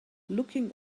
looking